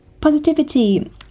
positivity